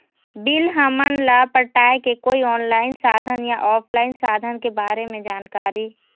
Bill हमन ला पटाए के कोई ऑनलाइन साधन या ऑफलाइन साधन के बारे मे जानकारी?